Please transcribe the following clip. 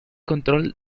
control